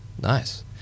nice